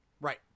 Right